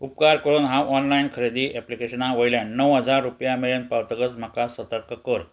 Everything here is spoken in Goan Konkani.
उपकार करून हांव ऑनलायन खरेदी ऍप्लिकेशना वयल्यान णव हजार रुपया मेळून पावतकच म्हाका सतर्क कर